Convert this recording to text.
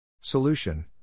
Solution